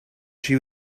she